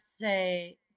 say